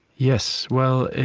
yes, well,